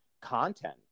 content